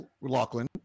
Lachlan